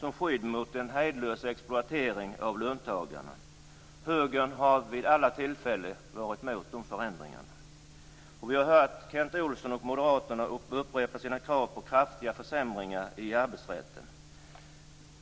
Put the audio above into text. som skydd mot en hejdlös exploatering av löntagarna. Högern har vid alla tillfällen varit emot dessa förändringar. Vi har hört Kent Olsson och Moderaterna upprepa sina krav på kraftiga försämringar i arbetsrätten.